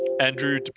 Andrew